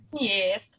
yes